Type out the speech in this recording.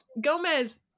Gomez